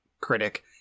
critic